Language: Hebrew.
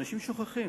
אנשים שוכחים.